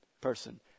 person